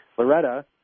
Loretta